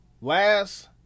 Last